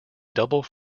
double